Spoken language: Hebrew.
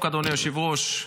אדוני היושב-ראש,